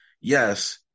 yes